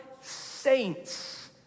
saints